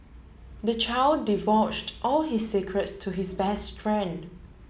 the child divulged all his secrets to his best friend